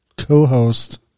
co-host